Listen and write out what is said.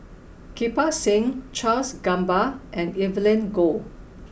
Kirpal Singh Charles Gamba and Evelyn Goh